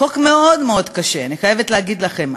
חוק מאוד מאוד קשה, אני חייבת להגיד לכם.